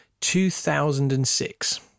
2006